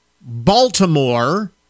Baltimore